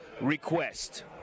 request